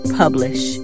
publish